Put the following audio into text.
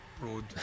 Road